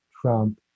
Trump